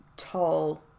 Tall